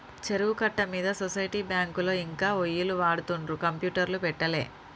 చెరువు కట్ట మీద సొసైటీ బ్యాంకులో ఇంకా ఒయ్యిలు వాడుతుండ్రు కంప్యూటర్లు పెట్టలే